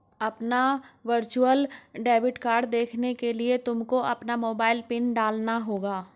अपना virtual debit card देखने के लिए तुमको अपना मोबाइल पिन डालना होगा